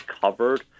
covered